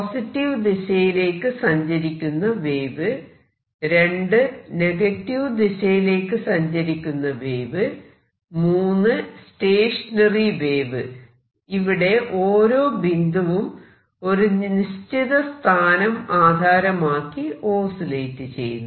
positive ദിശയിലേക്കു സഞ്ചരിക്കുന്ന wave negative ദിശയിലേക്കു സഞ്ചരിക്കുന്ന വേവ് സ്റ്റേഷനറി വേവ് ഇവിടെ ഓരോ ബിന്ദുവും ഒരു നിശ്ചിത സ്ഥാനം ആധാരമാക്കി ഓസിലേറ്റ് ചെയ്യുന്നു